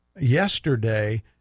yesterday